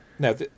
No